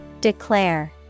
Declare